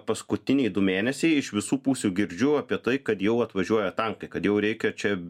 paskutiniai du mėnesiai iš visų pusių girdžiu apie tai kad jau atvažiuoja tankai kad jau reikia čia